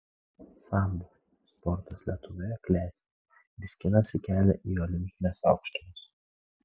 sambo sportas lietuvoje klesti ir skinasi kelią į olimpines aukštumas